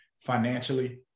financially